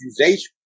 accusation